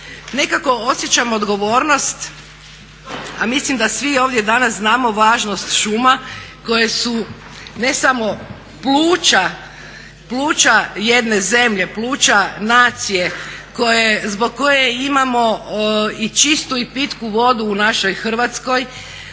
nekako osjećam odgovornost a mislim da svi ovdje danas znamo važnost šuma koje su ne samo pluća jedne zemlje, pluća nacije zbog koje imamo i čistu i pitku vodu u našoj Hrvatskoj,